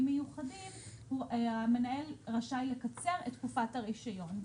מיוחדים המנהל רשאי לקצר את תקופת הרישיון.